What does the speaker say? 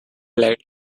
let